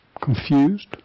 confused